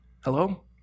Hello